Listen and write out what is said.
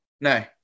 No